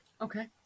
Okay